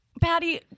patty